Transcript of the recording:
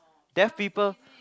deaf people